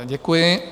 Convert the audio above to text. Děkuji.